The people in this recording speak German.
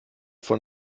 von